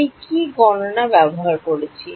আমি কি গণনা ব্যবহার করেছি